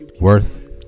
worth